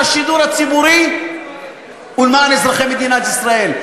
השידור הציבורי ולמען אזרחי מדינת ישראל,